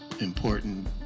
important